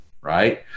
right